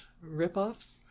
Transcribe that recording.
rip-offs